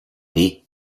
dir